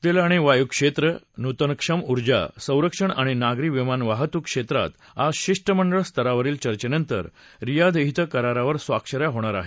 तेल आणि वायूनूतनक्षम ऊर्जा संरक्षण आणि नागरी विमान वाहतूक क्षेत्रात आज शिष्टमंडळ स्तरावरील चर्चेनंतर रियाध क्षे करारावर स्वाक्षऱ्या होणार आहेत